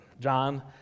John